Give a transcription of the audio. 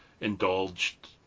indulged